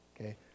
Okay